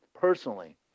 personally